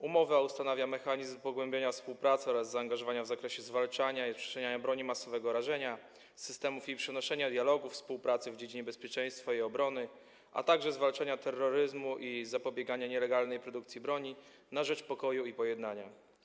Umowa ustanawia mechanizm pogłębiania współpracy oraz zaangażowania w zakresie zwalczania rozprzestrzeniania broni masowego rażenia, systemów jej przenoszenia, dialog i współpracę w dziedzinie bezpieczeństwa i obrony, a także zwalczania terroryzmu i zapobiegania nielegalnej produkcji broni na rzecz pokoju i pojednania.